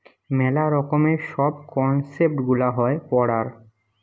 মেলা রকমের সব কনসেপ্ট গুলা হয় পড়ার